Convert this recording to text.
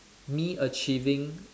me achieving